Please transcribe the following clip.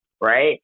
right